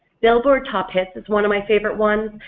billboard top hits is one of my favorite ones,